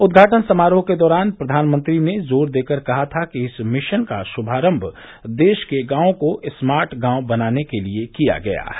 उद्वाटन समारोह के दौरान फ्र्वानमंत्री ने जोर देकर कहा था कि इस मिशन का श्भारम्भ देश के गांवों को स्मार्ट गांव बनाने के लिए किया गया है